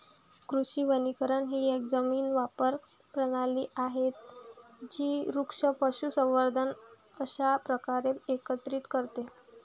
कृषी वनीकरण ही एक जमीन वापर प्रणाली आहे जी वृक्ष, पशुसंवर्धन अशा प्रकारे एकत्रित करते